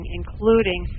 including